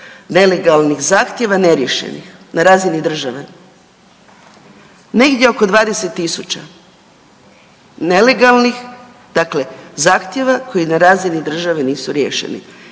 nelegalnih zahtjeva neriješenih na razini države. Negdje oko 20.000 nelegalnih dakle zahtjeva koji na razini države nisu riješeni.